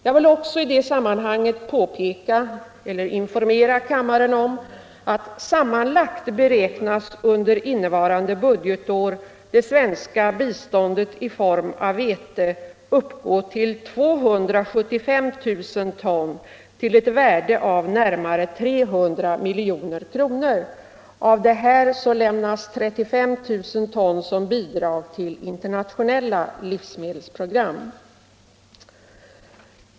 Jag vill också i det sammanhanget informera kammaren om att det svenska biståndet i form av vete under innevarande budgetår sammanlagt beräknas uppgå till 275 000 ton till ett värde av närmare 300 milj.kr. Av detta lämnas 35 000 ton som bidrag till internationella livsmedelsprogram.